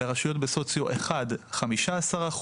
לרשויות בסוציו 1, 15%,